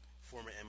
former